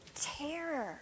terror